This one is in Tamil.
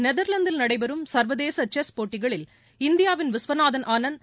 நெதர்லாந்தில் நடைபெறும் சர்வதேச செஸ் போட்டிகளில்இந்தியாவின் விஸ்வநாதன் ஆனந்த்